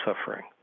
suffering